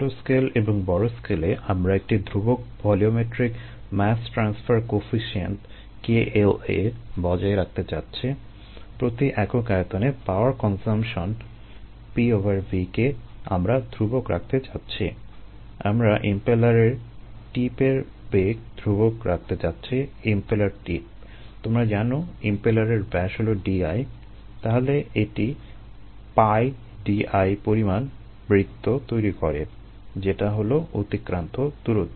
ছোট স্কেল এবং বড় স্কেলে আমরা একটি ধ্রুবক ভলিওমেট্রিক মাস ট্রান্সফার কোয়েফিসিয়েন্ট এর বেগ ধ্রুবক রাখতে চাচ্ছি ইমপেলার টিপ তোমরা জানো ইমপেলারের ব্যাস হলো Di তাহলে এটি πDi পরিমাণ বৃত্ত তৈরি করে যেটা হলো অতিক্রান্ত দূরত্ব